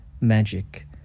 magic